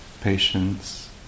patience